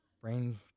brain